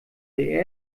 der